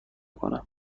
کنم